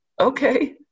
Okay